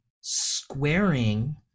squaring